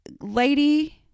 lady